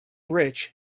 rich